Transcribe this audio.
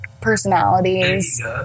personalities